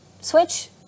switch